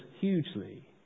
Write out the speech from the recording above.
hugely